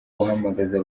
guhamagaza